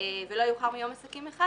ולא יאוחר מיום עסקים אחד,